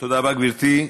תודה רבה, גברתי.